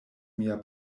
mia